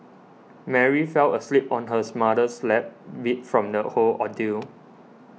Mary fell asleep on hers mother's lap beat from the whole ordeal